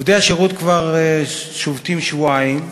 עובדי השירות שובתים כבר שבועיים,